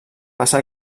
passà